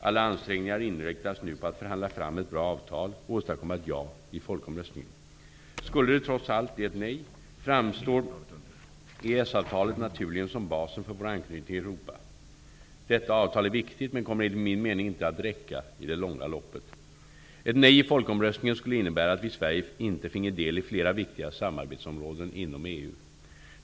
Alla ansträngningar inriktas nu på att förhandla fram ett bra avtal och åstadkomma ett ja i folkomröstningen. Skulle det trots detta bli ett nej, framstår EES-avtalet naturligen som basen för vår anknytning till Europa. Detta avtal är viktigt men kommer enligt min mening inte att räcka i det långa loppet. Ett nej i folkomröstningen skulle innebära att vi i Sverige inte finge del i flera viktiga samarbetsområden inom EU.